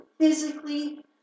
Physically